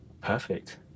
perfect